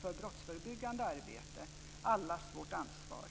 för brottsförebyggande arbete, Allas vårt ansvar.